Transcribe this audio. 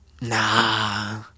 Nah